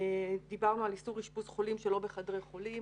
דיברנו על איסור אשפוז חולים שלא בחדרי חולים,